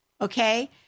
okay